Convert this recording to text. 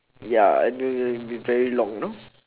ya gonna be very long you know